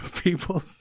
people